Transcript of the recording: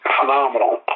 phenomenal